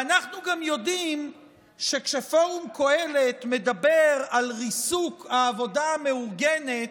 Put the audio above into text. ואנחנו גם יודעים שכשפורום קהלת מדבר על ריסוק העבודה המאורגנת,